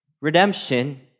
redemption